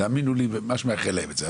תאמינו לי, מאחל להם את זה.